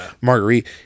Marguerite